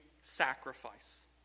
sacrifice